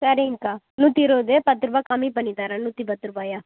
சரிங்க அக்கா நூற்றி இருபது பத்துரூபா கம்மி பண்ணி தரேன் நூற்றி பத்துரூபாயா